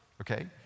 okay